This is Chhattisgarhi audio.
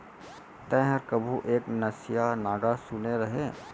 तैंहर कभू एक नसिया नांगर सुने रहें?